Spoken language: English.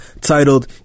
titled